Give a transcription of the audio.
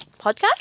podcast